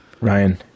Ryan